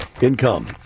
Income